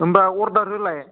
होनबा अरदार होलाय